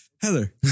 Heather